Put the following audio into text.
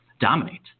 dominate